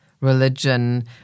religion